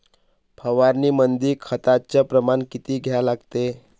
फवारनीमंदी खताचं प्रमान किती घ्या लागते?